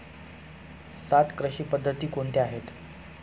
सात कृषी पद्धती कोणत्या आहेत?